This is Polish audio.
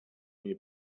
mnie